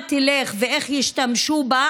למה היא תלך ואיך ישתמשו בה,